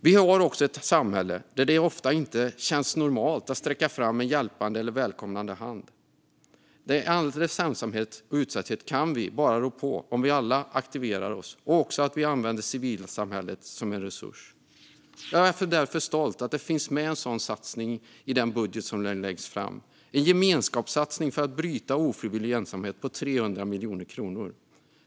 Vi har ett samhälle där det ofta inte känns normalt att sträcka fram en hjälpande eller välkomnande hand, men de äldres ensamhet och utsatthet kan vi bara rå på om vi alla aktiverar oss - och om vi använder civilsamhället som en resurs. Jag är därför stolt över att det finns en sådan satsning i den budget som läggs fram. Det är en gemenskapssatsning om 300 miljoner kronor för att bryta ofrivillig ensamhet.